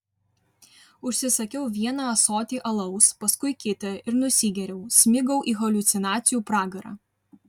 užsisakiau vieną ąsotį alaus paskui kitą ir nusigėriau smigau į haliucinacijų pragarą